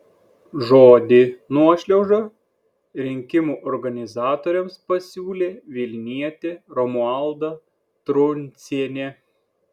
žodį nuošliauža rinkimų organizatoriams pasiūlė vilnietė romualda truncienė